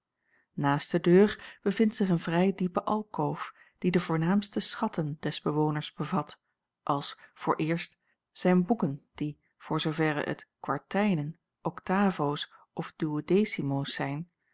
naast de deur bevindt zich een vrij diepe alkoof die de voornaamste schatten des bewoners bevat als vooreerst zijn boeken die voor zooverre het kwartijnen octavoos of duodecimoos zijn